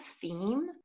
theme